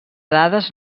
dades